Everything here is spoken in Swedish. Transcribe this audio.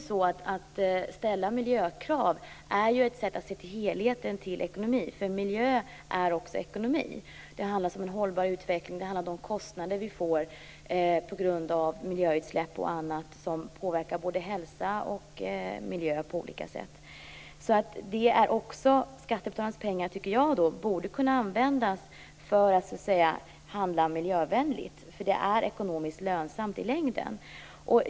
Att ställa miljökrav är ju ett sätt att se till helheten i ekonomin, för miljö är också ekonomi. Det handlar om en hållbar utveckling. Det handlar om de kostnader vi får på grund av miljöutsläpp och annat som påverkar både hälsa och miljö på olika sätt. Skattebetalarnas pengar borde alltså, tycker jag, kunna användas för att handla miljövänligt, eftersom det är ekonomiskt lönsamt i längden.